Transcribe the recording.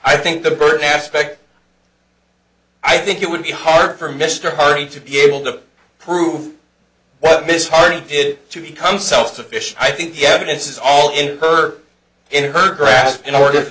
i think the burden aspect i think it would be hard for mr hardy to be able to prove miss harding did to become self sufficient i think the evidence is all in her in her grasp in order